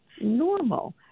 normal